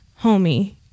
homie